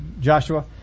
Joshua